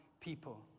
people